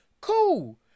cool